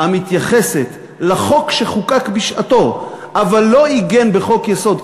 המתייחסת לחוק שחוקק בשעתו אבל לא עיגן בחוק-יסוד,